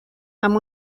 amb